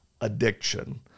addiction